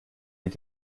mit